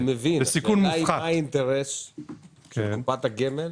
אני מבין, אבל מה האינטרס של קופת הגמל